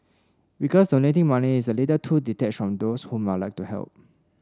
because donating money is a little too detached on those whom I'd like to help